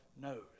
knows